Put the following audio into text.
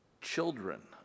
children